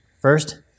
First